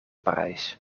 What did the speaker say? parijs